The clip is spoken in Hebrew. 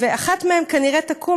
ואחת מהן כנראה תקום,